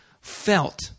felt